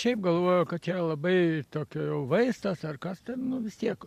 šiaip galvoja kad čia labai tokio jau vaistas ar kas ten nu vis tiek